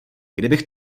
kdybych